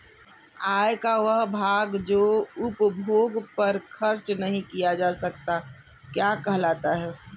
आय का वह भाग जो उपभोग पर खर्च नही किया जाता क्या कहलाता है?